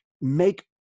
make